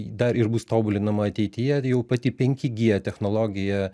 dar ir bus tobulinama ateityje jau pati penki gie technologija